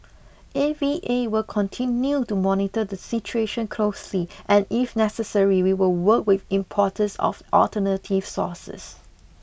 A V A will continue to monitor the situation closely and if necessary we will work with importers of alternative sources